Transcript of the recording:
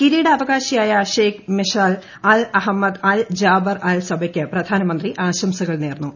കിരീടാവകാശിയായ Sheikh Mishal Al Ahmad Al Jaber Al സബയ്ക്ക് പ്രധാനമന്ത്രി ആശംസകൾ നേർന്നു